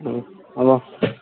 অঁ হ'ব